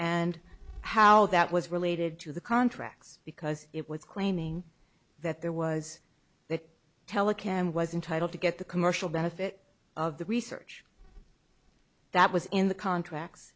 and how that was related to the contracts because it was claiming that there was that telecom was entitled to get the commercial benefit of the research that was in the contracts